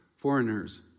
Foreigners